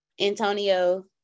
Antonio